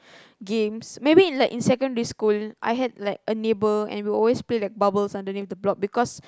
games maybe in like in secondary school I had like a neighbour and we always play like bubbles underneath the block because